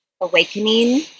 awakening